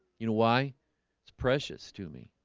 you know why it's precious to me